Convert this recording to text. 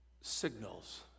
signals